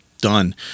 done